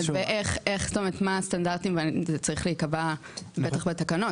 הסטנדרטים צריכים להיקבע בטח בתקנות,